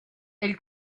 elle